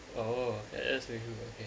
oh that's very good okay